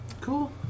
Cool